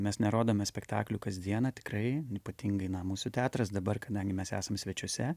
mes nerodome spektaklių kasdieną tikrai ypatingai na mūsų teatras dabar kadangi mes esam svečiuose